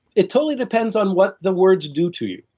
it totally depends on what the words do to you.